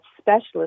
specialist